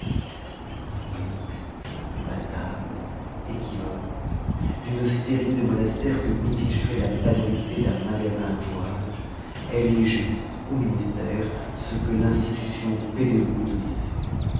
mixte bâtarde équivoque d'une austérité de monastère que mitigerait la banalité d'un magasin à fourrages elle est juste au ministère ce que l'institution petdeloup est au lycée